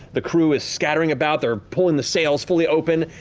the crew is scattering about. they're pulling the sails fully open.